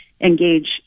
engage